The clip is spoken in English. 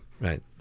Right